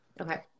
Okay